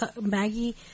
Maggie